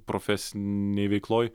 profesinėj veikloj